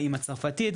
עם הצרפתית,